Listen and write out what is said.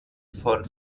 von